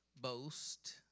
boast